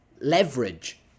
Leverage